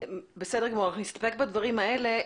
אנחנו נסתפק בדברים האלה.